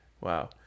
wow